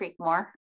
Creekmore